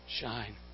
shine